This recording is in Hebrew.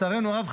לצערנו הרב,